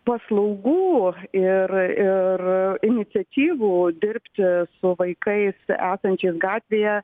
paslaugų ir ir iniciatyvų dirbti su vaikais esančiais gatvėje